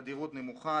תדירות נמוכה,